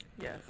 Yes